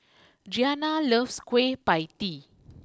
Giana loves Kueh Pie Tee